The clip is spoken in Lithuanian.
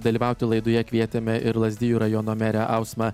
dalyvauti laidoje kvietėme ir lazdijų rajono merę ausmą